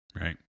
right